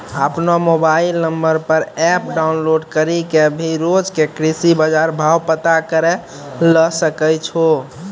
आपनो mobile number पर app download करी कॅ भी रोज के कृषि बाजार भाव पता करै ल सकै छो